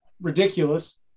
ridiculous